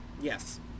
yes